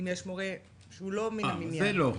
אם יש מורה שהוא לא מן המניין וכו',